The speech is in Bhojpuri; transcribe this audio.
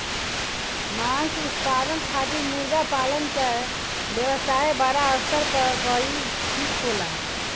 मांस उत्पादन खातिर मुर्गा पालन क व्यवसाय बड़ा स्तर पर कइल ठीक होला